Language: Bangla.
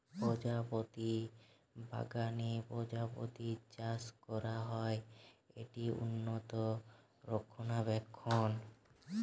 প্রজাপতি বাগানে প্রজাপতি চাষ করা হয়, এটি উন্নত রক্ষণাবেক্ষণ